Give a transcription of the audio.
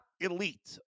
elite